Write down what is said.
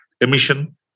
emission